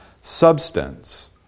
substance